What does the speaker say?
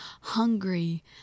Hungry